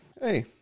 Hey